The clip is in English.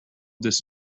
this